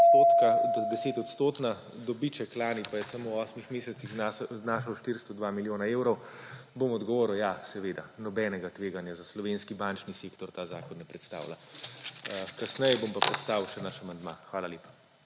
10-odstotna, dobiček lani pa je samo v osmih mesecih znašal 402 milijona evrov, bom odgovoril; ja, seveda, nobenega tveganja za slovenski bančni sektor ta zakon ne predstavlja. Kasneje bom pa predstavil še naš amandma. Hvala lepa.